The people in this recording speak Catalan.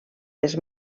les